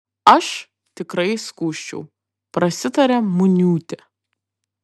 aš tikrai skųsčiau prasitarė muniūtė